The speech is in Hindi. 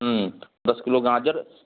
दस किलो गाजर